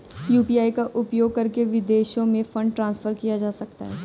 UPI का उपयोग करके विदेशों में फंड ट्रांसफर किया जा सकता है?